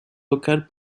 locales